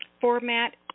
format